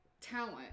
talent